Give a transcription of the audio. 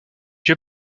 tué